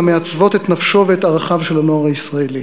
המעצבות את נפשו ואת ערכיו של הנוער הישראלי,